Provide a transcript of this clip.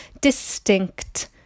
distinct